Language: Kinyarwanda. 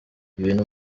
ibintu